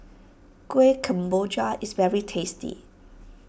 Kueh Kemboja is very tasty